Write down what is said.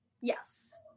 Yes